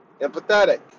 Empathetic